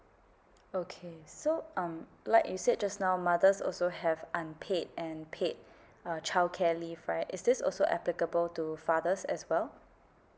okay so um like you said just now mothers also have unpaid and paid uh childcare leave right is this also applicable to fathers as well